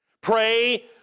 Pray